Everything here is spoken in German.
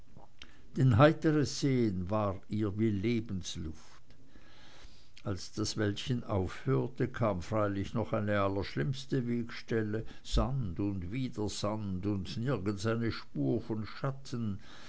denn heiteres sehen war ihr wie lebensluft als das wäldchen aufhörte kam freilich noch eine allerschlimmste wegstelle sand und wieder sand und nirgends eine spur von schatten